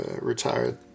retired